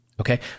Okay